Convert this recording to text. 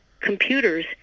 computers